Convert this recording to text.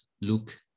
Luke